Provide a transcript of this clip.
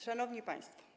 Szanowni Państwo!